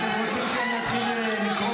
אתם רוצים שאני אתחיל לקרוא